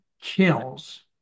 kills